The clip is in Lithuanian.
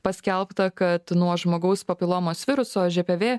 paskelbta kad nuo žmogaus papilomos viruso žpv